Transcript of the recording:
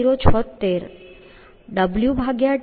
4 0